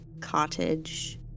cottage